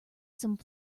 some